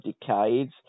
decades